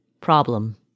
problem